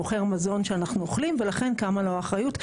הוא מוכר מזון שאנחנו אוכלים ולכן קמה לו האחריות.